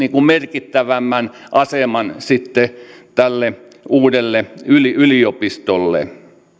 merkittävämmän aseman sitten tälle uudelle yliopistolle